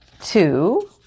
two